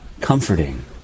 comforting